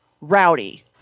Rowdy